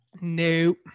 Nope